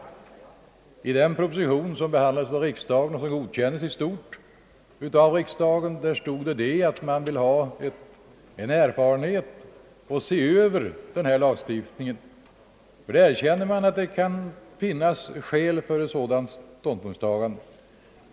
I den proposition som riksdagen behandlade och i stort sett godkände framhölls att man ville samla erfarenheter före en översyn av denna lagstiftning. Man erkände alltså att det kunde finnas skäl för att yrka på en översyn.